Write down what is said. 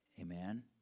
Amen